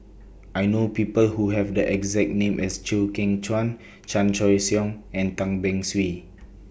I know People Who Have The exact name as Chew Kheng Chuan Chan Choy Siong and Tan Beng Swee